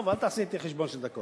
טוב, אל תעשה אתי חשבון של דקות.